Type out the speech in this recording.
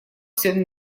всем